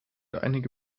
einige